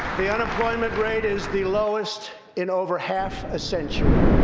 the unemployment rate is the lowest in over half a century.